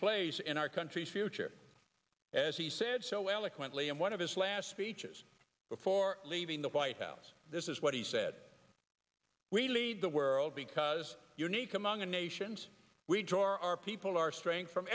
plays in our country's future as he said so eloquently in one of his last speeches before leaving the white house this is what he said we lead the world because unique among the nations we draw our people our strength from